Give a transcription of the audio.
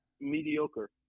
mediocre